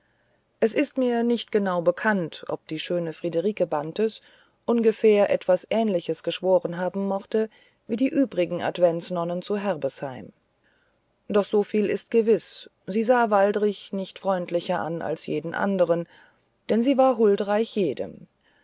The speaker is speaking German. es ist mir nicht genau bekannt ob die schöne friederike bantes ungefähr etwas ähnliches geschworen haben mochte wie die übrigen adventsnonnen zu herbesheim doch so viel ist gewiß sie sah waldrichen nicht freundlicher an als jeden anderen denn sie war huldreich jedem